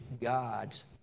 God's